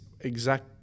exact